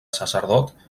sacerdot